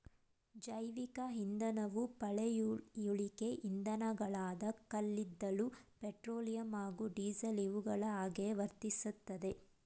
ಜೈವಿಕ ಇಂಧನವು ಪಳೆಯುಳಿಕೆ ಇಂಧನಗಳಾದ ಕಲ್ಲಿದ್ದಲು ಪೆಟ್ರೋಲಿಯಂ ಹಾಗೂ ಡೀಸೆಲ್ ಇವುಗಳ ಹಾಗೆಯೇ ವರ್ತಿಸ್ತದೆ